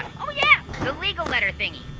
oh, yeah, the legal letter thingy.